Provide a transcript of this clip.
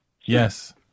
Yes